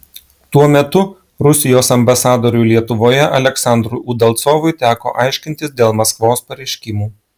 tuo metu rusijos ambasadoriui lietuvoje aleksandrui udalcovui teko aiškintis dėl maskvos pareiškimų